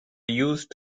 used